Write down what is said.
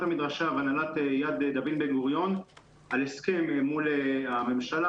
המדרשה והנהלת יד דוד בן גוריון על הסכם מול הממשלה,